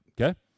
okay